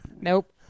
Nope